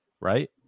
Right